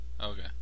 Okay